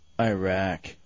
Iraq